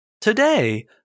Today